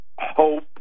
Hope